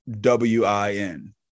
W-I-N